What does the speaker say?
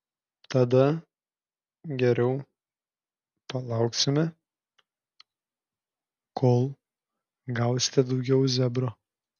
tada geriau palauksime kol gausite daugiau zebro